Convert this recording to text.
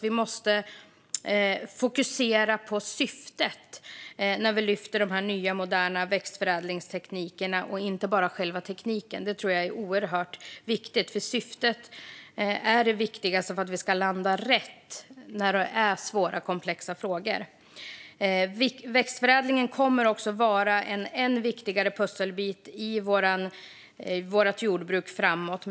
Vi måste fokusera på syftet när vi lyfter fram de nya moderna växtförädlingsteknikerna och inte bara på själva tekniken. Det tror jag är oerhört viktigt, för syftet är det viktigaste för att vi ska landa rätt i dessa svåra och komplexa frågor. Växtförädlingen kommer att vara en än viktigare pusselbit i vårt jordbruk framåt.